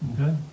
Okay